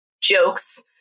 jokes